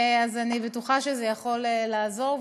אז אני בטוחה שזה יכול לעזור,